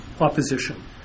opposition